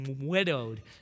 widowed